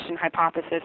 hypothesis